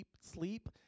sleep